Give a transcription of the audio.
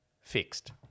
fixed